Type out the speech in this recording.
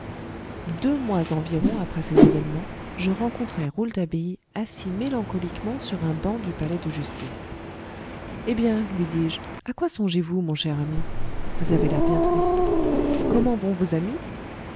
deux mois environ après ces événements je rencontrai rouletabille assis mélancoliquement sur un banc du palais de justice eh bien lui dis-je à quoi songez-vous mon cher ami vous avez l'air bien triste comment vont vos amis